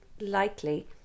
likely